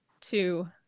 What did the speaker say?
two